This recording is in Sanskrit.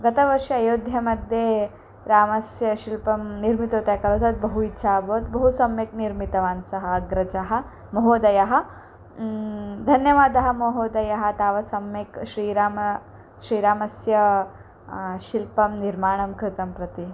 गतवर्षे अयोध्यमध्ये रामस्य शिल्पं निर्मितवन्तः खलु तद् बहु इच्छा अभवत् बहु सम्यक् निर्मितवान् सः अग्रजः महोदयः धन्यवादः महोदयः तावत् सम्यक् श्रीरामः श्रीरामस्य शिल्पं निर्माणं कृतं प्रति